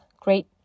great